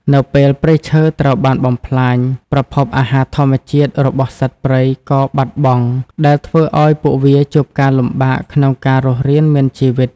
នៅពេលព្រៃឈើត្រូវបានបំផ្លាញ ប្រភពអាហារធម្មជាតិរបស់សត្វព្រៃក៏បាត់បង់ ដែលធ្វើឱ្យពួកវាជួបការលំបាកក្នុងការរស់រានមានជីវិត។